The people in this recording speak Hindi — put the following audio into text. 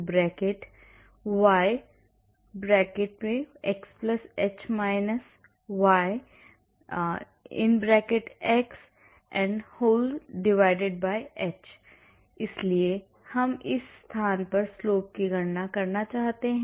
dydx ΔyΔx y xh - y h इसलिए हम इस स्थान पर slope की गणना करना चाहते हैं